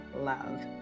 love